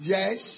Yes